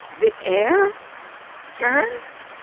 the air turns?